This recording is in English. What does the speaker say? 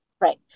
Right